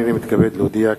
הנני מתכבד להודיע,